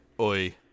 Oi